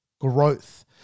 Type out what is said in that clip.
Growth